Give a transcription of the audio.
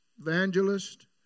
evangelist